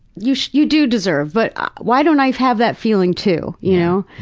you so you do deserve. but why don't i have that feeling too? you know